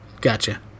Gotcha